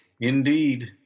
Indeed